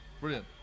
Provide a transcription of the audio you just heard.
brilliant